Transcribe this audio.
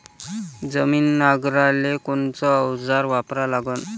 जमीन नांगराले कोनचं अवजार वापरा लागन?